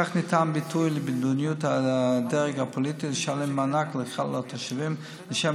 כך ניתן ביטוי למדיניות הדרג הפוליטי לשלם מענק לכלל התושבים לשם